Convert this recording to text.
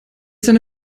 seine